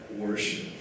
worship